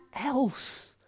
else